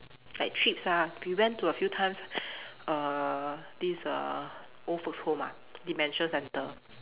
like trips ah we went to a few times err this err old folks' home ah dementia centre